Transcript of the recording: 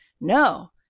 no